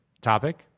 topic